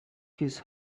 his